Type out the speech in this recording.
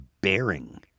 bearing